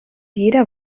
jeder